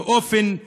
באופן מגוחך,